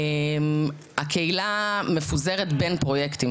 הקהילה מפוזרת בין פרויקטים,